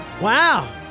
Wow